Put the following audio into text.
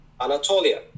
Anatolia